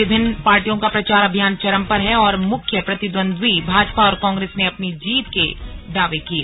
विभिन्न पार्टियों का प्रचार अभियान चरम पर है और मुख्य प्रतिद्वंद्वी भाजपा और कांग्रेस ने अपनी जीत के दावे किये